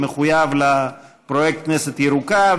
שמחויב לפרויקט כנסת ירוקה,